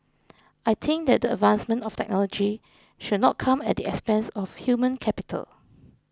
I think that the advancement of technology should not come at the expense of human capital